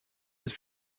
his